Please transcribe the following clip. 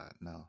No